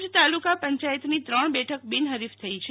ભુજ તાલુકા પંચાયતની ત્રણ બેઠક બિનહરીફ થઈ છે